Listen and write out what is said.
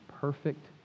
perfect